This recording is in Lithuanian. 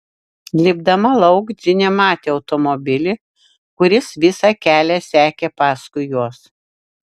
lipdama lauk džinė matė automobilį kuris visą kelią sekė paskui juos